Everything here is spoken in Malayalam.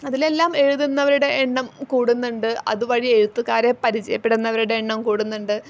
അതിലെല്ലാം എഴുതുന്നവരുടെ എണ്ണം കൂടുന്നുണ്ട് അതുവഴി എഴുത്തുകാരെ പരിചയപ്പെടുന്നവരുടെ എണ്ണവും കൂടുന്നുണ്ട്